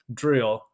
drill 。